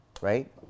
right